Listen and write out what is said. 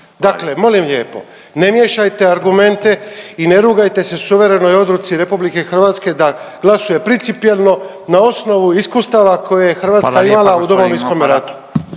Dakle molim lijepo, ne miješajte argument i ne rugajte se suverenoj odluci RH da glasuje principijelno na osnovu iskustava koje je Hrvatska …/Upadica